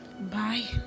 Bye